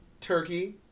turkey